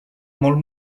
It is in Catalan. molt